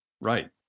Right